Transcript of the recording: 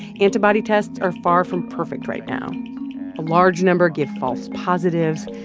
antibody tests are far from perfect right now. a large number give false positives,